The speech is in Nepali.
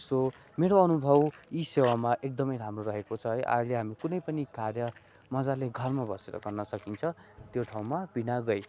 सो मेरो अनुभव ई सेवामा एकदमै राम्रो रहेको छ है अहिले हामी कुनै पनि कार्य मजाले घरमा बसेर गर्न सकिन्छ त्यो ठाँउमा बिना गइ